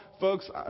Folks